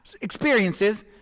experiences